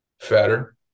fatter